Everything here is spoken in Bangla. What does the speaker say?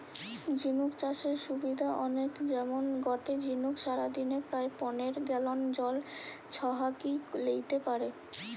ঝিনুক চাষের সুবিধা অনেক যেমন গটে ঝিনুক সারাদিনে প্রায় পনের গ্যালন জল ছহাকি লেইতে পারে